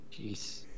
jeez